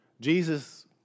Jesus